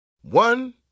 One